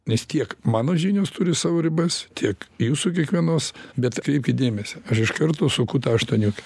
nes tiek mano žinios turi savo ribas tiek jūsų kiekvienos bet atkreipkit dėmesį aš iš karto sunku tą aštuoniukę